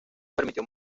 permitió